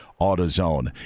AutoZone